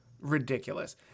Ridiculous